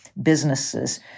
businesses